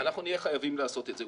נהיה חייבים לעשות את זה.